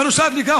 בנוסף לכך,